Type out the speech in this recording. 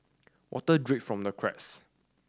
water drip from the cracks